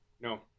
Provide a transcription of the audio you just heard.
No